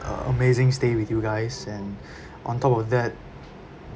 uh amazing stay with you guys and on top of that